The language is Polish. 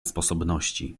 sposobności